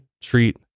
treat